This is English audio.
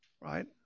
right